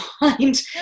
mind